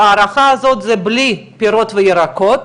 ההערכה הזאת זה בלי פירות וירקות,